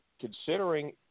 considering